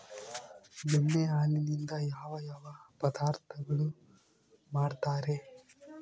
ಎಮ್ಮೆ ಹಾಲಿನಿಂದ ಯಾವ ಯಾವ ಪದಾರ್ಥಗಳು ಮಾಡ್ತಾರೆ?